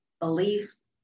beliefs